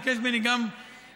ביקש ממני גם לומר,